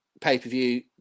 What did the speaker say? pay-per-view